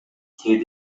кээде